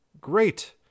Great